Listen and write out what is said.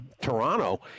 toronto